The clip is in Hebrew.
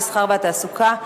המסחר והתעסוקה,